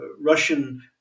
Russian